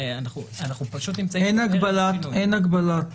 אין הגבלת